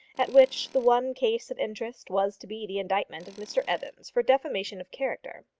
at which the one case of interest was to be the indictment of mr evans for defamation of character.